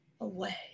away